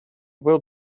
will